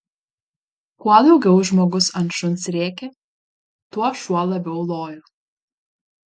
kuo daugiau žmogus ant šuns rėkė tuo šuo labiau lojo